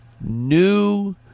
new